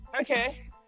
Okay